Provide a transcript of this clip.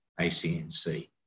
ACNC